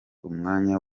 umwanya